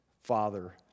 Father